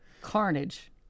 carnage